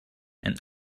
and